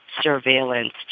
surveillance